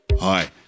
Hi